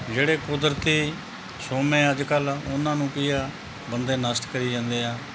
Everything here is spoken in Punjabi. ਜਿਹੜੇ ਕੁਦਰਤੀ ਸੋਮੇ ਅੱਜ ਕੱਲ੍ਹ ਉਹਨਾਂ ਨੂੰ ਕੀ ਆ ਬੰਦੇ ਨਸ਼ਟ ਕਰੀ ਜਾਂਦੇ ਆ